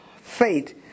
faith